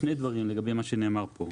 שני דברים לגבי מה שנאמר פה.